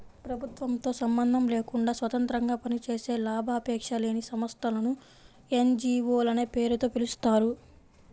ప్రభుత్వంతో సంబంధం లేకుండా స్వతంత్రంగా పనిచేసే లాభాపేక్ష లేని సంస్థలను ఎన్.జీ.వో లనే పేరుతో పిలుస్తారు